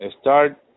Start